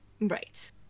Right